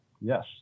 Yes